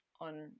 on